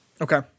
okay